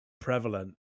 prevalent